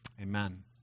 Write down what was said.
Amen